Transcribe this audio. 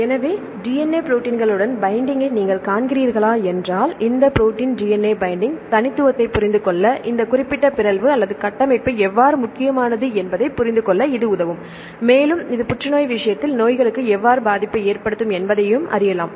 எனவே DNA ப்ரோடீன்களுடன் பைண்டிங்கை நீங்கள் காண்கிறீர்களா என்றால் இந்த ப்ரோடீன் DNA பைண்டிங் தனித்துவத்தைப் புரிந்துகொள்ள இந்த குறிப்பிட்ட பிறழ்வு அல்லது கட்டமைப்பு எவ்வாறு முக்கியமானது என்பதைப் புரிந்துகொள்ள இது உதவும் மேலும் இது புற்றுநோய் விஷயத்தில் நோய்களுக்கு எவ்வாறு பாதிப்பை ஏற்படுத்தும் என்பதையும் அறியலாம்